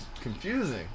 confusing